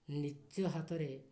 ନିଜ ହାତରେ